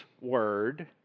word